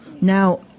now